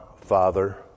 Father